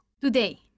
Today